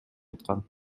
айткан